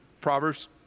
Proverbs